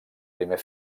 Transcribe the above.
primer